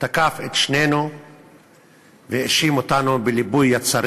תקף את שנינו והאשים אותנו בליבוי יצרים